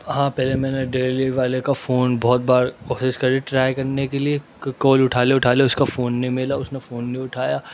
ہاں پہلے میں نے ڈلیوری والے کا فون بہت بار کوشش کری ٹرائے کرنے کے لیے کال اٹھالے اٹھالے اس کا فون نہیں ملا اس نے فون نہیں اٹھایا